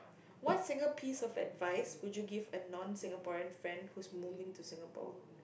what single piece of advice would you give a non Singaporean friend who's moving to Singapore